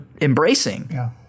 embracing